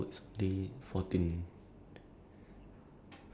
ya that's that's more than my two hours at work